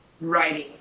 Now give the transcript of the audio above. writing